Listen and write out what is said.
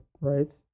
right